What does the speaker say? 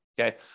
okay